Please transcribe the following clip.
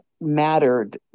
mattered